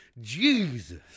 Jesus